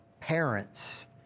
parents